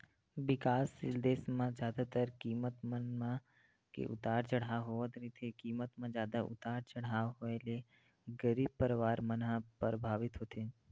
बिकाससील देस म जादातर कीमत मन म के उतार चड़हाव होवत रहिथे कीमत म जादा उतार चड़हाव होय ले गरीब परवार मन ह परभावित होथे